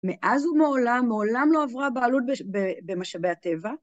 מאז ומעולם, מעולם לא עברה בעלות במשאבי הטבע.